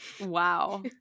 Wow